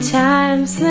times